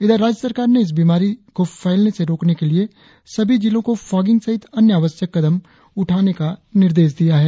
इधर राज्य सरकार ने इस बीमारी को फैलने से रोकने के लिए सभी जिलों को फॉगींग सहित अन्य आवश्यक कदम उठाने का निर्देश दिया है